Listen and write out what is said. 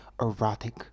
erotic